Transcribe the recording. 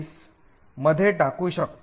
diss मध्ये टाकू शकतो